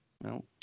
No